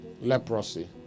Leprosy